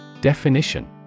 Definition